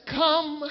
come